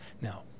Now